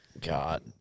God